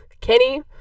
Kenny